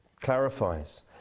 clarifies